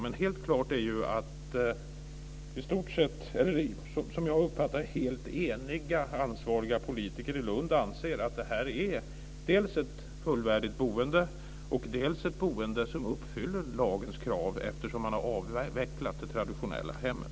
Det är helt klart att, som jag har uppfattat det, helt eniga ansvariga politiker i Lund anser att detta är dels ett fullständigt boende, dels ett boende som uppfyller lagens krav, eftersom man har avvecklat det traditionella hemmet.